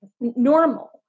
normal